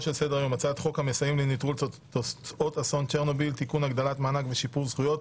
סדר-היום: הצעת חוק ההוצאה לפועל (תיקון - פתיחת תביעה על סכום קצוב),